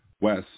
Wes